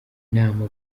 nama